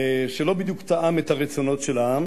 שלא בדיוק תאם את הרצונות של העם,